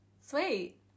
sweet